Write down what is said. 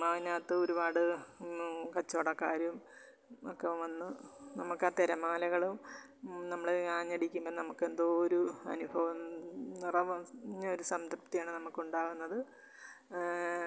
അതിനകത്ത് ഒരുപാട് കച്ചോടക്കാരും ഒക്കെ വന്ന് നമ്മൾക്ക് ആ തിരമാലകളും നമ്മൾ ആഞ്ഞടിക്കുമ്പോൾ നമ്മൾക്കെന്തോ ഒരു അനുഭവം നിറഞ്ഞ ഒരു സംതൃപ്തിയാണ് നമക്കുണ്ടാവുന്നത്